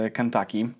Kentucky